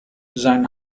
sein